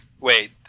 Wait